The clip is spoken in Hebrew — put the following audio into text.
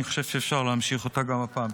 אני חושב שאפשר להמשיך אותה גם הפעם.